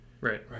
right